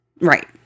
right